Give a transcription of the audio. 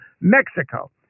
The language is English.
Mexico